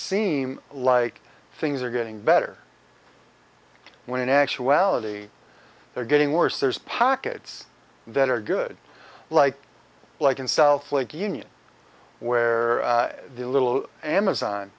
seem like things are getting better when in actuality they're getting worse there's pockets that are good like like in south lake union where the little amazon